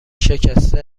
شکسته